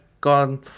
gone